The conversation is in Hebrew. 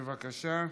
בבקשה.